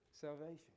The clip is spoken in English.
salvation